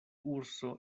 urso